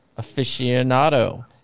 aficionado